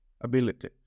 ability